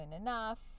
enough